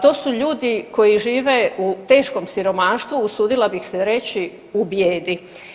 To su ljudi koji žive u teškom siromaštvu, usudila bih se reći u bijedi.